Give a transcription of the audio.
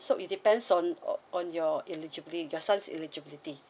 so it depends on on your illegibly~ your son's eligibility